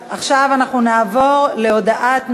נעבור להודעת נאזם,